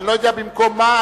אני לא יודע במקום מה,